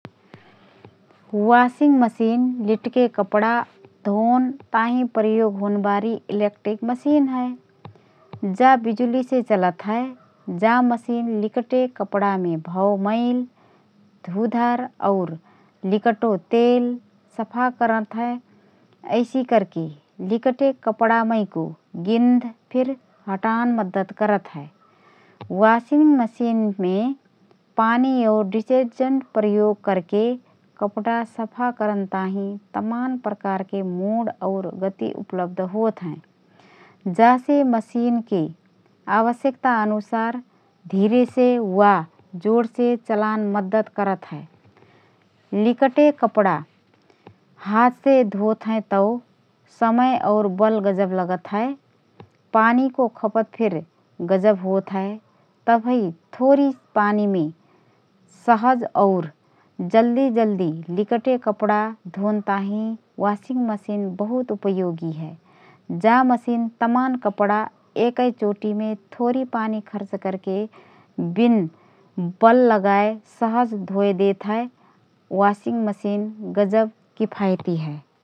Washing machine लिकटे कपडा धोन ताहिँ प्रयोग होनबारी इलेक्ट्रिक मसिन हए । जा बिजुलेसे चलत हए । जा मसिन लिकटे कपडामे भओ मइल, धुधर और लिकटो तेल सफा करत हए । ऐसि करके लिकटे कपडामैको गिन्ध फिर हटान मद्दत करत हए । वाशिङ मसिनमे पानी और डिटर्जेन्ट प्रयोग करके कपडा सफा करन ताहिँ तमान प्रकारके मोड और गति उपलब्ध होतहएँ । जासे मसिनके आवश्यकता अनुसार धिरेसे वा जोडसे चलान मद्दत करत हए । लिकटे कपडा हातसे धोत हएँ तओ समय और बल गजब लगत हए । पानीको खपत फिर गजब होतहए । तबही थोरी पानीमे सहज और जल्दी जल्दी लिकटे कपडा धोन ताहिँ वाशिङ मसिन बहुतए उपयोगी हए । जा मसिन तमान कपडा एकए चोटीमे थोरी पानी खर्च करके बिना बल लगाए सहजए धोएदेत हए । वाशिंङ मसिन गजब किफायती हए ।